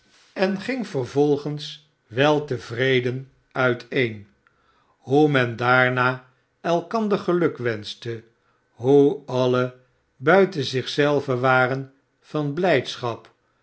n ging vervolgens weltevreden uiteen hoe men daarna elkander gelukwenschte hoe alien buiten zich zelven waren van blijdschap